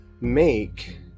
make